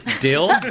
dill